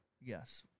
Yes